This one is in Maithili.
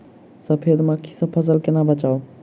सफेद मक्खी सँ फसल केना बचाऊ?